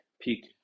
peak